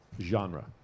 genre